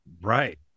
right